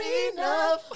enough